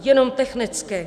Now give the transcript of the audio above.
Jenom technicky.